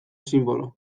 sinbolo